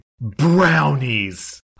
Brownies